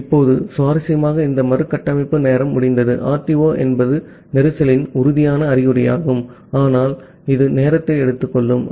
இப்போது சுவாரஸ்யமாக இந்த மறுகட்டமைப்பு நேரம் முடிந்தது RTO என்பது கஞ்சேஸ்ன உறுதியான அறிகுறியாகும் ஆனால் இது நேரத்தை எடுத்துக்கொள்ளும்